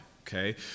okay